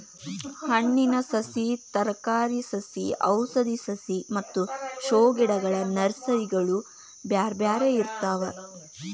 ಹಣ್ಣಿನ ಸಸಿ, ತರಕಾರಿ ಸಸಿ ಔಷಧಿ ಸಸಿ ಮತ್ತ ಶೋ ಗಿಡಗಳ ನರ್ಸರಿಗಳು ಬ್ಯಾರ್ಬ್ಯಾರೇ ಇರ್ತಾವ